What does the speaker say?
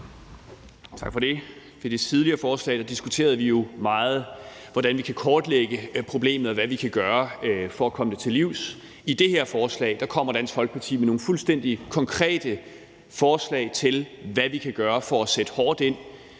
Tak for det. Ved det tidligere forslag diskuterede vi jo meget, hvordan vi kan kortlægge problemet, og hvad vi kan gøre for at komme det til livs. I det her forslag kommer Dansk Folkeparti med nogle fuldstændig konkrete forslag til, hvad vi kan gøre for at sætte hårdt ind,